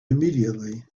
immediately